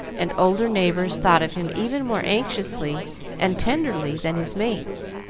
and older neighbors thought of him even more anxiously and tenderly than his mates.